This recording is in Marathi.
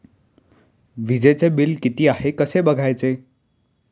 वीजचे बिल किती आहे कसे बघायचे?